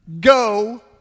Go